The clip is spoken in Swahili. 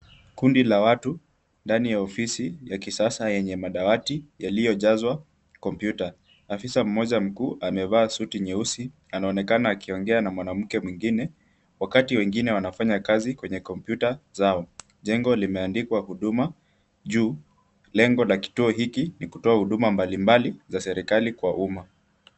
Kundi la watu ndani ya ofisi ya kisasa yenye madawati yaliyojazwa kompyuta. Afisa mmoja mkuu amevaa suti nyeusi anaonekana akiongea na mwanamke mwingine wakati wengine wanafanya kazi kwenye kompyuta zao. Jengo limeandikwa huduma juu. Lengo la kituo hiki ni kutoa huduma mbalimbali za serikali kwa umma.